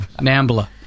Nambla